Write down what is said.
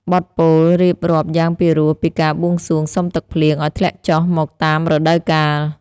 បទពោលរៀបរាប់យ៉ាងពិរោះពីការបួងសួងសុំទឹកភ្លៀងឱ្យធ្លាក់ចុះមកតាមរដូវកាល។